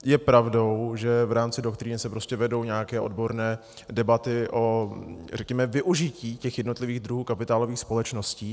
Je pravdou, že v rámci doktríny se prostě vedou nějaké odborné debaty, řekněme, o využití těch jednotlivých druhů kapitálových společností.